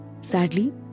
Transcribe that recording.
Sadly